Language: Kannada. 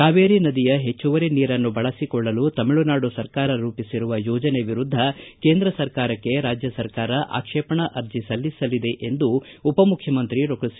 ಕಾವೇರಿ ನದಿಯ ಪೆಚ್ಚುವರಿ ನೀರನ್ನು ಬಳಸಿಕೊಳ್ಳಲು ತಮಿಳುನಾಡು ಸರ್ಕಾರ ರೂಪಿಸಿರುವ ಯೋಜನೆ ವಿರುದ್ದ ಕೇಂದ್ರ ಸರ್ಕಾರಕ್ಷೆ ರಾಜ್ಯ ಸರ್ಕಾರ ಆಕ್ಷೇಪಣಾ ಅರ್ಜಿ ಸಲ್ಲಿಸಲಿದೆ ಎಂದು ಉಪಮುಖ್ಯಮಂತ್ರಿ ಡಾಕ್ಷರ್ ಸಿ